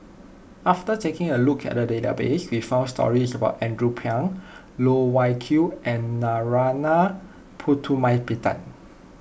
after taking a look at the database we found stories about Andrew Phang Loh Wai Kiew and Narana Putumaippittan